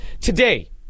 Today